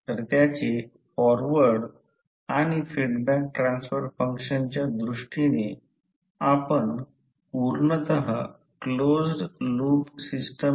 हे circuit DC सर्किटशी साधर्म्य आहे म्हणून ∅ Fm रिल्यक्टन्स